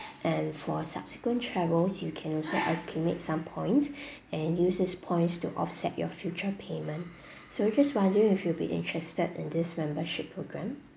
and for subsequent travels you can also accumulate some points and use this points to offset your future payment so I just wonder if you will be interested in this membership program